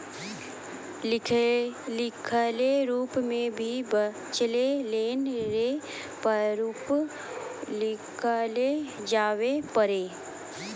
लिखलो रूप मे भी बचलो लोन रो प्रारूप निकाललो जाबै पारै